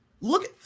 look